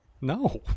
No